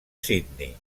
sydney